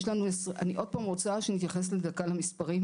אני עוד פעם רוצה שנתייחס דקה למספרים,